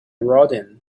rodin